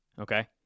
Okay